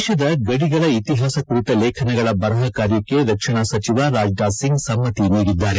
ದೇಶದ ಗಡಿಗಳ ಇತಿಹಾಸ ಕುರಿತ ಲೇಖನಗಳ ಬರಹ ಕಾರ್ಯಕ್ಕೆ ರಕ್ಷಣಾ ಸಚಿವ ರಾಜನಾಥ್ ಸಿಂಗ್ ಸಮ್ಮತಿ ನೀಡಿದ್ದಾರೆ